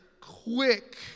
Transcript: quick